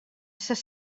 ses